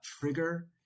trigger